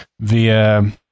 via